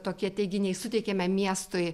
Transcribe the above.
tokie teiginiai suteikiame miestui